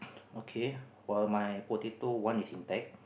okay while my potato one is intact